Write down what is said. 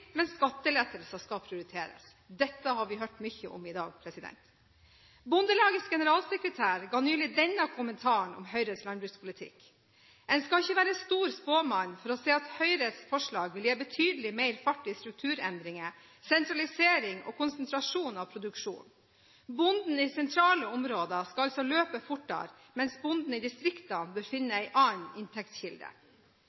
skattelettelser skal prioriteres. Dette har vi hørt mye om i dag. Bondelagets generalsekretær ga nylig denne kommentaren om Høyres landbrukspolitikk: «En skal ikke være stor spåmann for å se at Høyres forslag vil gi betydelig mer fart i strukturendringer, sentralisering og konsentrasjon av produksjonen. Bonden i sentrale områder skal altså løpe fortere, mens bonden i distriktene bør finne